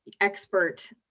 expert